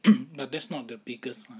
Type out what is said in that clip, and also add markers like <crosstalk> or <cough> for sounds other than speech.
<coughs> but that's not the biggest lah